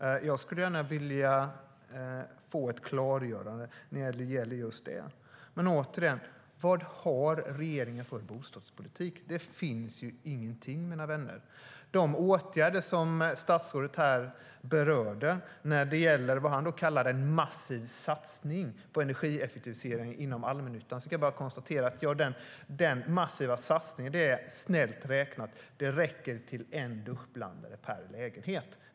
Jag skulle gärna vilja få ett klargörande i det. Det statsrådet kallar en massiv satsning på energieffektivisering inom allmännyttan räcker snällt räknat till en duschblandare per lägenhet.